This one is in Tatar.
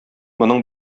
моның